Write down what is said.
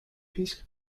peace